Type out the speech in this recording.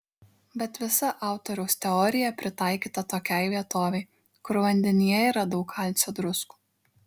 bet visa autoriaus teorija pritaikyta tokiai vietovei kur vandenyje yra daug kalcio druskų